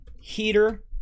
heater